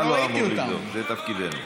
אתה לא אמור לבדוק, זה תפקידנו.